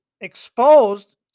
exposed